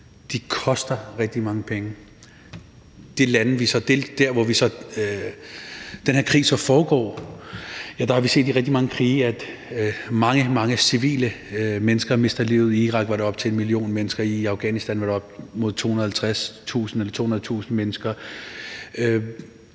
De koster rigtig mange penge. Der, hvor de her krige så foregår, har vi set, at mange, mange civile mennesker mister livet. I Irak var det op imod en million mennesker. I Afghanistan var der op imod 200.000. Det skaber